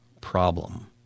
problem